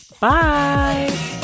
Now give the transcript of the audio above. Bye